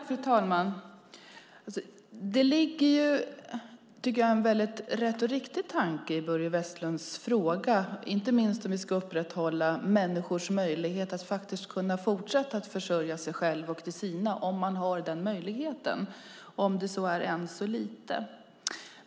Fru talman! Jag tycker att det ligger en riktig tanke i Börje Vestlunds fråga, inte minst om vi ska upprätthålla människors möjlighet att fortsätta försörja sig själva och de sina om de har den möjligheten.